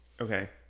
Okay